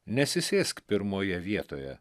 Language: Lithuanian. nesisėsk pirmoje vietoje